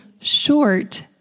short